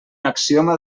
axioma